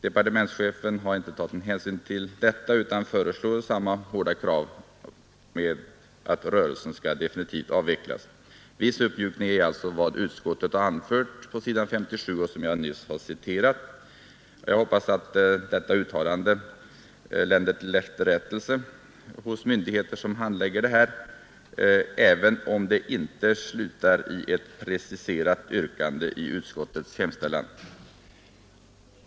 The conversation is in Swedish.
Departementschefen har inte tagit någon hänsyn till detta utan föreslår samma hårda krav på att rörelsen definitivt skall ha avvecklats. Det uttalande på s. 57 i utskottets betänkande som jag nyss citerat innebär emellertid en viss uppmjukning. Jag hoppas att detta uttalande skall lända till efterrättelse hos handläggande myndigheter, även om det inte följts upp med ett preciserat yrkande i utskottets hemställan.